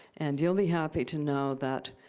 and you'll be happy to know that